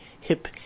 hip